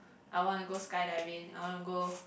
I wanna go skydiving I wanna go